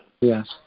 Yes